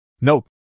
Nope